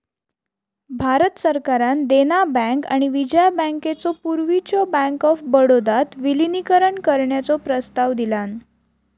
भारत सरकारान देना बँक आणि विजया बँकेचो पूर्वीच्यो बँक ऑफ बडोदात विलीनीकरण करण्याचो प्रस्ताव दिलान